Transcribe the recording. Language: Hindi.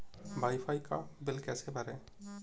वाई फाई का बिल कैसे भरें?